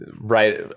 Right